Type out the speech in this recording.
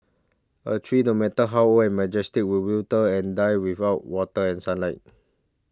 a tree no matter how old and majestic will wither and die without water and sunlight